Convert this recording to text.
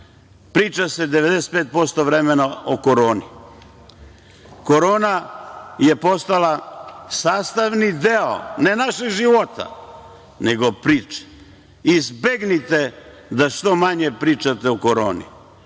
priča se 95% vremena o koroni. Korona je postala sastavni deo ne našeg života, nego priče. Izbegnite da što manje pričate o koroni.